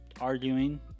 arguing